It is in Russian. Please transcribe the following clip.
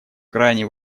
крайне